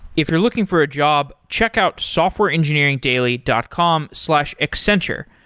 if you're looking for a job, check out softwareengineeringdaily dot com slash accenture.